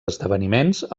esdeveniments